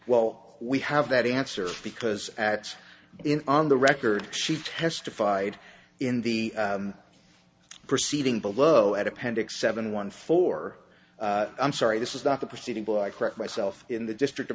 well we have that answer because at in on the record she testified in the proceeding below at appendix seven one four i'm sorry this is not the proceeding will i correct myself in the district of